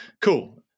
Cool